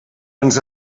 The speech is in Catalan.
ens